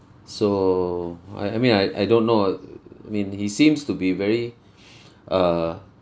so I I mean I I don't know err I mean he seems to be very err